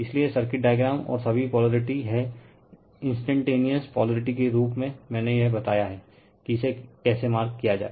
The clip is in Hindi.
इसलिए यह सर्किट डायग्राम और सभी पोलरिटी हैं इन्सटेंटटेनिअस पोलरिटी के रूप में मैंने यह बताया हैं कि इसे कैसे मार्क किया जाए